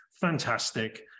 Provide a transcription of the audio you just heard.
Fantastic